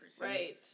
Right